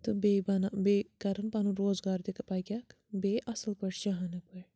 تہٕ بیٚیہِ بیٚیہِ کَرَن پَنُن روزگار تہِ پَکٮ۪کھ بیٚیہِ اَصٕل پٲٹھۍ شاہانٕکۍ پٲٹھۍ